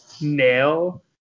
nail